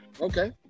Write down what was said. okay